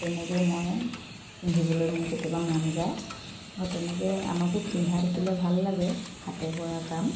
তেনেকৈয়ে মই পিন্ধিবলৈ মোৰ কেতিয়াবা মন যায় আৰু তেনেকৈ আনকো পিন্ধা দেখিলে ভাল লাগে হাতে কৰা কাম